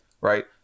right